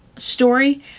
story